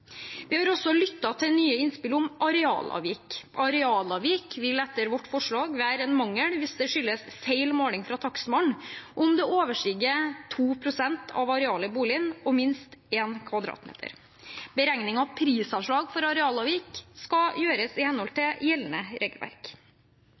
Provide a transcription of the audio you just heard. Vi har også lyttet til nye innspill om arealavvik. Arealavvik vil etter vårt forslag være en mangel hvis det skyldes feil måling av takstmannen, om det overstiger 2 pst. av arealet i boligen og minst 1 m 2 . Beregning av prisavslag for arealavvik skal gjøres i henhold